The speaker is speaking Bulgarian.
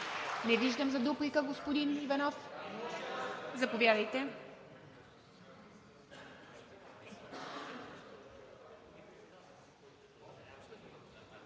Не виждам. Дуплика, господин Иванов? Не. Заповядайте.